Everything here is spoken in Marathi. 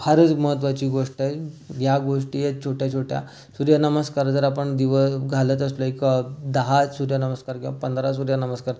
तर फारच महत्त्वाची गोष्ट आहे ह्या गोष्टी येत छोट्या छोट्या सूर्यनमस्कार जर आपण दिवस घालत असलो एक दहा सूर्यनमस्कार किंवा पंधरा सूर्यनमस्कार